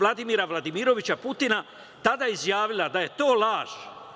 Vladimira Vladimirovića Putina, tada izjavila da je to laž.